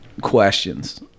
questions